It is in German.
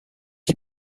ich